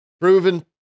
proven